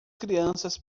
crianças